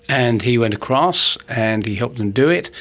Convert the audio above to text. and he went across and he helped them do it.